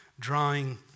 drawing